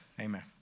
Amen